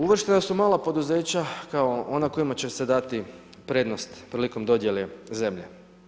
Uvrštena su mala poduzeća kao ona kojima će se dati prednost prilikom dodjele zemlje.